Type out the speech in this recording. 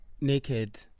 Naked